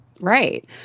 Right